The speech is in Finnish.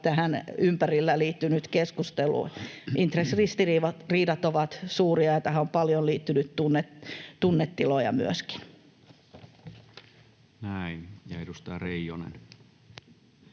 tähän ympärille liittynyt keskustelu. Intressiristiriidat ovat suuria, ja tähän on paljon liittynyt tunnetiloja myöskin. [Speech 179] Speaker: